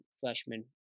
freshman